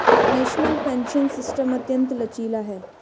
national pension system अत्यंत लचीला है